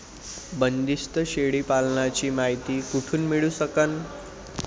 बंदीस्त शेळी पालनाची मायती कुठून मिळू सकन?